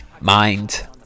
mind